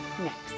next